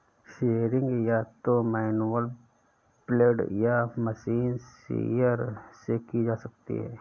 shearing या तो manual blade या मशीन शीयर से की जा सकती है